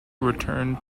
returned